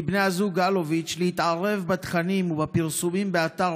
מבני הזוג אלוביץ' להתערב בתכנים ובפרסומים באתר